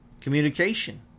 Communication